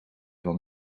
van